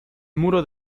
muro